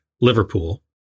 Liverpool